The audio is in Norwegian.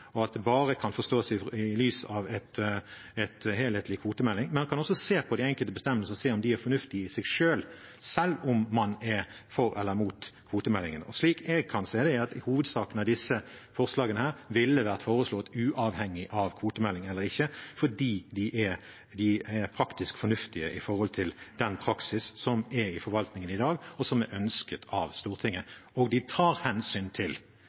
forstås i lys av en helhetlig kvotemelding, men man kan også se på de enkelte bestemmelsene og se om de er fornuftige i seg selv, enten man er for eller imot kvotemeldingen. Slik jeg kan se det, ville disse forslagene i hovedsak vært foreslått uavhengig av kvotemeldingen, fordi de er de praktisk fornuftige i forhold til den praksisen som er i forvaltningen i dag, og som er ønsket av Stortinget. I tillegg tar de hensyn til